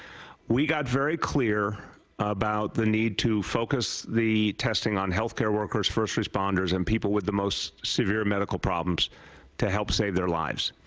we get very clear about the need to focus the testing on healthcare workers, first responders and people with the most severe medical problems to help save their lives.